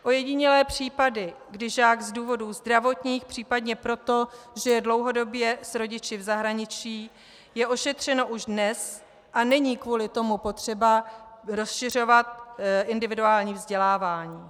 Ojedinělé případy, kdy žák z důvodů zdravotních, případně proto, že je dlouhodobě s rodiči v zahraničí, jsou ošetřeny už dnes a není kvůli tomu potřeba rozšiřovat individuální vzdělávání.